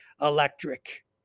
electric